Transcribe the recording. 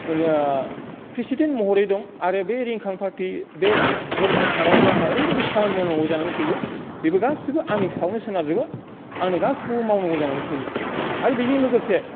president महरै दं आरो बे रिंखां पार्टि बे धर्म फानावबो आंहा ओरैबायदि खामानि मावनांगौ जानानै फैयो बेबो गासैबो आंनि सायावनो सोनारजोबो आंनो गासैखौबो मावनांगौ जानानै फैयो आरो बेजों लोगोसे